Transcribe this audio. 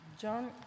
John